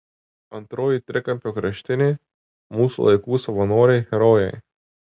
antroji trikampio kraštinė mūsų laikų savanoriai herojai